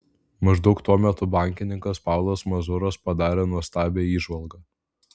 maždaug tuo metu bankininkas paulas mazuras padarė nuostabią įžvalgą